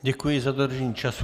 Děkuji za dodržení času.